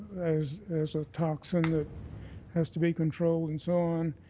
as as a toxin that has to be controlled and so on,